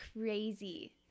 crazy